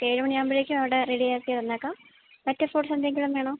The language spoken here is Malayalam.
ഓക്കേ ഏഴുമണിയാകുമ്പോഴേക്കും അവിടെ റെഡിയാക്കി വന്നേക്കാം മറ്റ് ഫ്രൂട്ട്സ് എന്തെങ്കിലും വേണോ